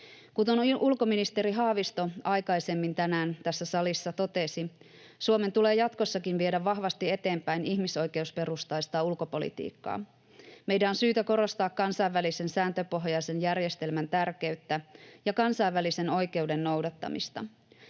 Kuten ulkoministeri Haavisto aikaisemmin tänään tässä salissa totesi, Suomen tulee jatkossakin viedä vahvasti eteenpäin ihmisoikeusperustaista ulkopolitiikkaa. Meidän on syytä korostaa kansainvälisen sääntöpohjaisen järjestelmän tärkeyttä ja kansainvälisen oikeuden noudattamista.